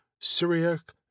Syriac